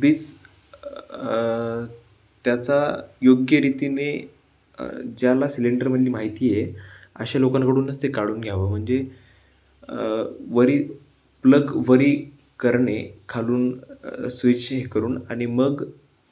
दिस त्याचा योग्य रीतीने ज्याला सिलेंडरमधली माहिती आहे अशा लोकांकडूनच ते काढून घ्यावं म्हणजे वरी प्लग वरी करणे खालून स्विच हे करून आणि मग